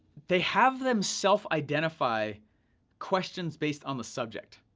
they have them self identify questions based on the subject.